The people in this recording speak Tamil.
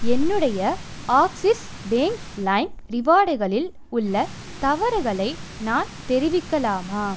என்னுடைய ஆக்ஸிஸ் பேங்க் லைம் ரிவார்டுகளில் உள்ள தவறுகளை நான் தெரிவிக்கலாமா